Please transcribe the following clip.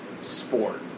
sport